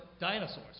dinosaurs